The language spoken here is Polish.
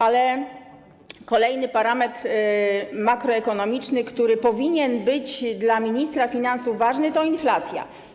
Ale kolejny parametr makroekonomiczny, który powinien być dla ministra finansów ważny, to inflacja.